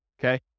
okay